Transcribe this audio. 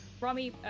Rami